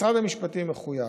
משרד המשפטים מחויב,